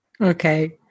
okay